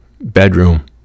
bedroom